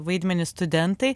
vaidmenį studentai